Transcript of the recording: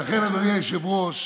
ולכן אדוני היושב-ראש,